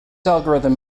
algorithm